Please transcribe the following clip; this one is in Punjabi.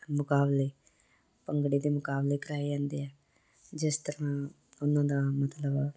ਮੁਕਾਬਲੇ ਭੰਗੜੇ ਦੇ ਮੁਕਾਬਲੇ ਕਰਵਾਏ ਜਾਂਦੇ ਆ ਜਿਸ ਤਰ੍ਹਾਂ ਉਹਨਾਂ ਦਾ ਮਤਲਬ